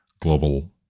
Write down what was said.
global